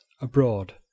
abroad